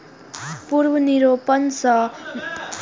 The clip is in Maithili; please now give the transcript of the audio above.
पुनर्वनरोपण सं माटिक उर्वरता बढ़ै छै आ जैव विविधता बहाल होइ छै